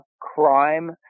Crime